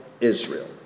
Israel